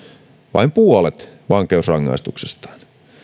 vain puolet vankeusrangaistuksestaan